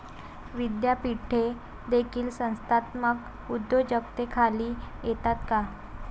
विद्यापीठे देखील संस्थात्मक उद्योजकतेखाली येतात का?